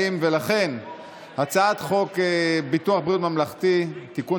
להעביר את הצעת חוק ביטוח בריאות ממלכתי (תיקון,